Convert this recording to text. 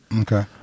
Okay